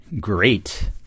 Great